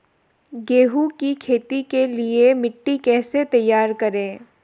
गेहूँ की खेती के लिए मिट्टी कैसे तैयार करें?